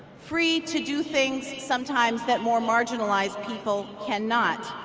free to do things, sometimes that more marginalized people cannot.